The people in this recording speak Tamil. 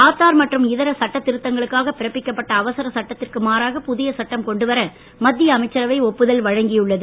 ஆதார் மற்றும் இதர சட்டத் திருத்தங்களுக்காக பிறப்பிக்கப்பட்ட அவசரச் சட்டத்திற்கு மாறாக புதிய சட்டம் கொண்டு வர மத்திய அமைச்சரவை ஒப்புதல் வழங்கியுள்ளது